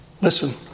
Listen